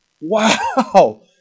wow